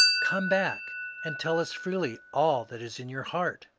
come back and tell us freely all that is in your heart!